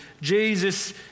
Jesus